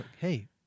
Hey